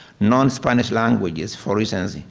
non-spanish languages, for instance,